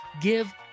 Give